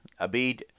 Abid